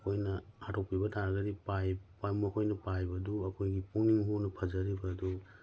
ꯑꯩꯈꯣꯏꯅ ꯍꯥꯠꯇꯣꯛꯄꯤꯕ ꯇꯥꯔꯒꯗꯤ ꯄꯥꯏꯕ ꯃꯈꯣꯏꯅ ꯄꯥꯏꯕꯗꯨ ꯑꯩꯈꯣꯏ ꯄꯨꯛꯅꯤꯡ ꯍꯨꯅ ꯐꯖꯔꯤꯕ ꯑꯗꯨ